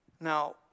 Now